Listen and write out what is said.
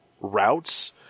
routes